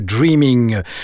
Dreaming